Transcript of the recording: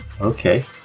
Okay